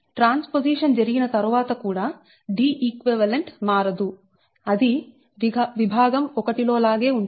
transposition జరిగిన తరువాత కూడా Deq మారదు అది విభాగం1 లో లాగే ఉంటుంది